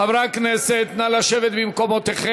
חברי הכנסת, נא לשבת במקומותיכם.